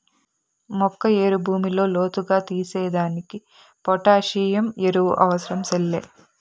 మొక్క ఏరు భూమిలో లోతుగా తీసేదానికి పొటాసియం ఎరువు అవసరం సెల్లే